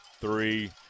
three